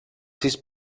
sis